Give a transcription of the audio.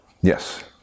yes